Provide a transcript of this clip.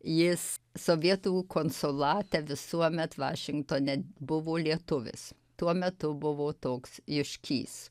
jis sovietų konsulate visuomet vašingtone buvo lietuvis tuo metu buvo toks juškys